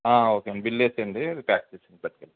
okay అండి bill వేసేయండి pack చేసి పట్టుకు వెళ్తాను